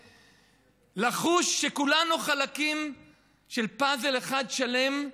צמא לחוש שכולנו חלקים של פאזל אחד שלם,